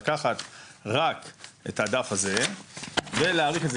לקחת רק את הדף הזה ולהאריך את זה,